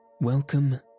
Welcome